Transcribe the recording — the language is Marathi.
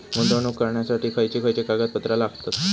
गुंतवणूक करण्यासाठी खयची खयची कागदपत्रा लागतात?